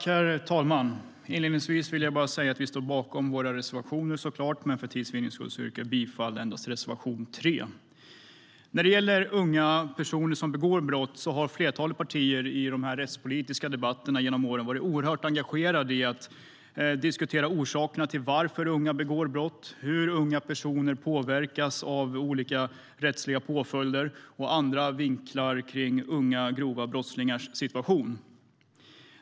Herr talman! Inledningsvis vill jag bara säga att vi självklart står bakom våra reservationer, men för tids vinnande yrkar jag bifall endast till reservation 3. När det gäller unga personer som begår brott har flertalet partier i de rättspolitiska debatterna genom åren varit oerhört engagerade i att diskutera orsakerna till att unga begår brott, hur unga personer påverkas av olika rättsliga påföljder och andra vinklar kring unga grova brottslingars situation.